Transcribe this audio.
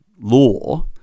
law